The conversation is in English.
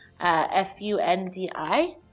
F-U-N-D-I